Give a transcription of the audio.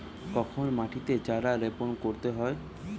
কখন মাটিতে চারা রোপণ করতে হয়?